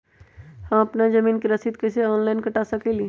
हम अपना जमीन के रसीद कईसे ऑनलाइन कटा सकिले?